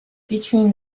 between